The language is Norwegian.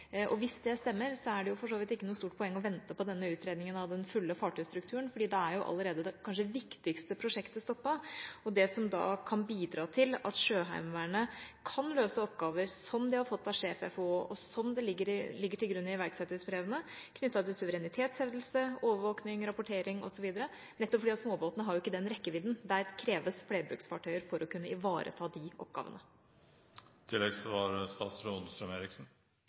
Hvis det stemmer, er det for så vidt ikke noe stort poeng å vente på denne utredningen av den fulle fartøystrukturen, fordi det kanskje viktigste prosjektet, det som kan bidra til at Sjøheimevernet kan løse oppgaver som de har fått av sjef FOH og som ligger til grunn i iverksettelsesbrevene, knyttet til suverenitetshevdelse, overvåkning, rapportering osv., jo allerede er stoppet. Småbåtene har jo ikke den rekkevidden – det kreves flerbruksfartøyer for å kunne ivareta de oppgavene.